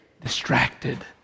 distracted